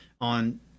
on